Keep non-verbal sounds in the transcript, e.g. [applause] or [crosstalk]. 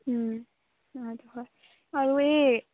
[unintelligible] আৰু এই